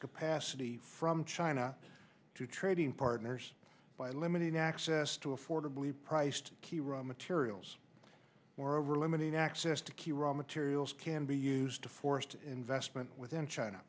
capacity from china to trading partners by limiting access to affordably priced key raw materials moreover limiting access to key raw materials can be used to forced investment within china